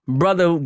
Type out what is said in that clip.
brother